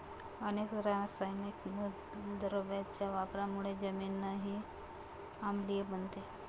अनेक रासायनिक मूलद्रव्यांच्या वापरामुळे जमीनही आम्लीय बनते